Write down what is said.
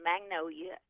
Magnolia